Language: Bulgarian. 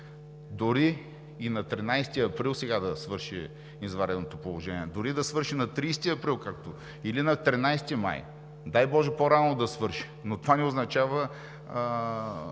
дори и сега на 13 април да свърши извънредното положение, дори да свърши на 30 април или на 13 май – дай боже, по-рано да свърши, но това не означава